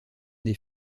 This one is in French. des